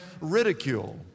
ridicule